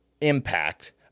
impact